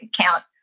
count